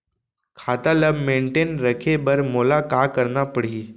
खाता ल मेनटेन रखे बर मोला का करना पड़ही?